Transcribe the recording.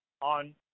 on